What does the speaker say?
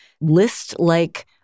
list-like